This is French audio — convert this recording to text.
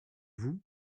vous